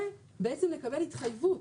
ובעצם לקבל התחייבות,